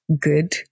good